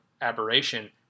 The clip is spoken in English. aberration